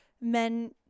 Men